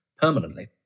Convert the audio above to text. permanently